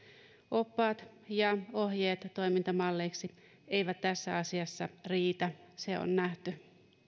oppaat ja ohjeet toimintamalleiksi eivät tässä asiassa riitä se on nähty